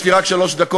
יש לי רק שלוש דקות,